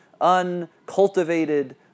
uncultivated